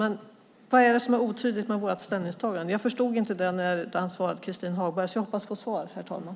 Men vad är det som är otydligt med vårt ställningstagande? Jag förstod inte det när han svarade Christin Hagberg, så jag hoppas på att få svar, herr talman.